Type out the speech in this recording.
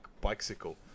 bicycle